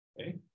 okay